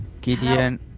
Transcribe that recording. Gideon